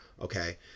okay